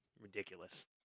Ridiculous